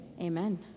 amen